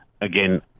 again